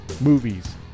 movies